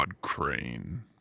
Crane